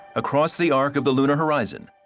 across the arc of the lunar horizon,